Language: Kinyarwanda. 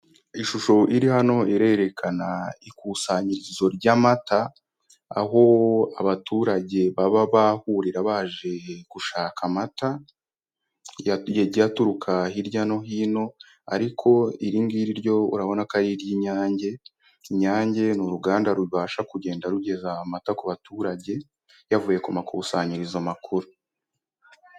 Ishusho iri hano irerekana ikusanyirizo ry'amata, aho abaturage baba bahurira baje gushaka amata yagiye aturuka hirya no hino ariko iri ngiri ryo urabona ko ari iry'Inyange, Inyange ni uruganda rubasha kugenda rugeza amata ku baturage, yavuye ku makusanyirizo makuru.